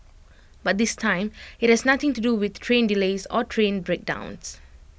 but this time IT has nothing to do with train delays or train breakdowns